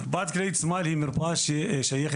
מרפאת כללית סמייל היא מרפאה ששייכת